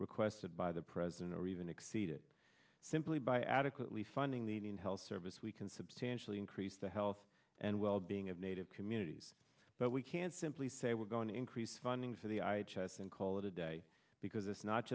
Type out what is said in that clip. requested by the president or even exceed it simply by adequately funding the indian health service we can substantially increase the health and wellbeing of native communities but we can't simply say we're going to increase funding for the i chess and call it a day because it's not